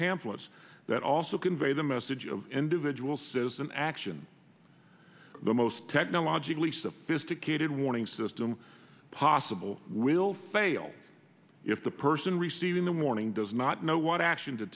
pamphlets that also convey the message of individual citizen action the most technologically sophisticated warning system possible will fail if the person receiving the warning does not know what action to